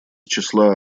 числа